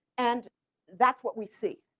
and that's what we see.